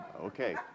Okay